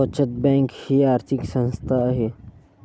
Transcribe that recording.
बचत बँक ही आर्थिक संस्था आहे